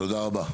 תודה רבה.